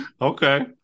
Okay